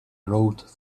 rode